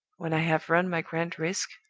when i have run my grand risk,